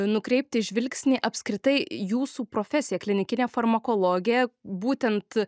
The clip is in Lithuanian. nukreipti žvilgsnį apskritai jūsų profesija klinikinė farmakologė būtent